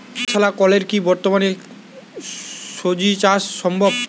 কুয়োর ছাড়া কলের কি বর্তমানে শ্বজিচাষ সম্ভব?